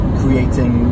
creating